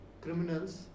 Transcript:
criminals